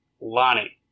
Lonnie